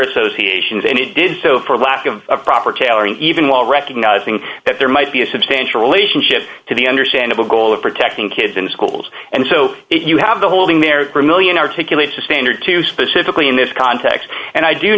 associations and he did so for lack of proper tailoring even while recognizing that there might be a substantial relationship to the understandable goal of protecting kids in schools and so you have the holding their one million articulate to standard to specifically in this context and i do